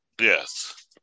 Yes